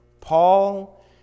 Paul